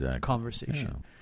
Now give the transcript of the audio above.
conversation